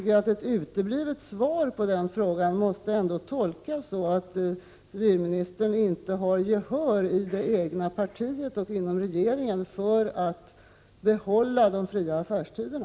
Ett uteblivet svar på den frågan måste tolkas så att civilministern inte har gehör i det egna partiet och inom regeringen för ett behållande av de fria affärstiderna.